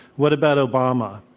what about obama?